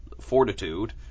fortitude